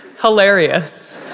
hilarious